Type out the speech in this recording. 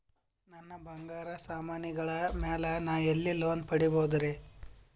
ನನ್ನ ಬಂಗಾರ ಸಾಮಾನಿಗಳ ಮ್ಯಾಲೆ ನಾ ಎಲ್ಲಿ ಲೋನ್ ಪಡಿಬೋದರಿ?